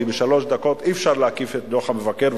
כי בשלוש דקות אי-אפשר להקיף את דוח המבקר,